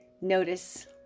notice